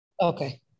Okay